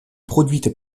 produites